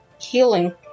healing